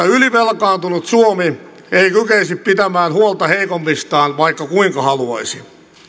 ylivelkaantunut suomi ei kykenisi pitämään huolta heikommistaan vaikka kuinka haluaisi